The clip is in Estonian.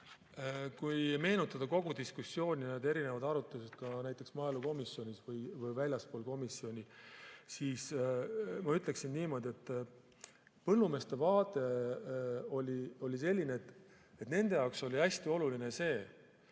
Kui meenutada kogu diskussiooni ja erinevaid arutelusid maaelukomisjonis ja ka väljaspool komisjoni, siis ma ütleksin niimoodi, et põllumeeste vaade oli selline, et nende jaoks oli hästi oluline see, et